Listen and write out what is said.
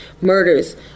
murders